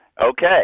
Okay